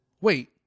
Wait